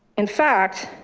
in fact,